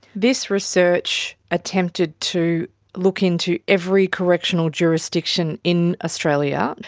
this research attempted to look into every correctional jurisdiction in australia.